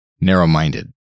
narrow-minded